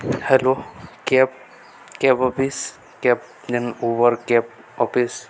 hello cab cab office cab ଯେନ୍ Uber cab office